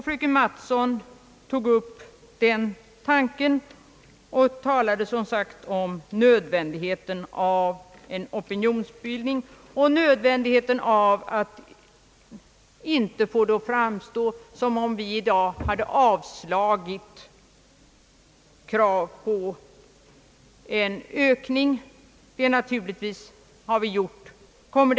Fröken Mattson tog upp den tanken och talade om nödvändigheten av opinionsbildning och om nödvändigheten av att inte få det att framstå som om vi i dag hade avslagit krav på en ökning av u-landsanslagen.